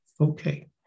Okay